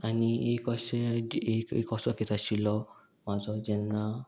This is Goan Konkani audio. आनी एक अशें एक एक असो दीस आशिल्लो म्हाजो जेन्ना